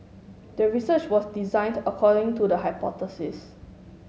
the research was designed according to the hypothesis